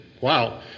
wow